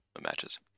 matches